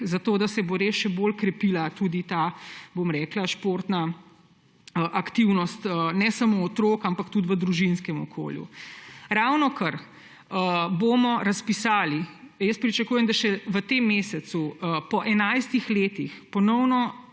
zato da se bo res še bolj krepila športna aktivnost ne samo otrok, ampak tudi v družinskem okolju. Ravnokar bomo razpisali, pričakujem, da še v tem mesecu, po 11 letih ponovno